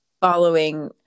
following